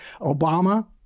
Obama